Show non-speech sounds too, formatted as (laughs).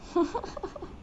(laughs)